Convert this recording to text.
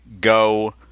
go